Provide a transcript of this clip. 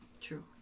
True